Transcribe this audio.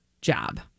job